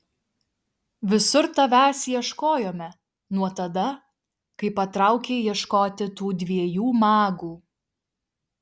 visur tavęs ieškojome nuo tada kai patraukei ieškoti tų dviejų magų